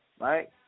right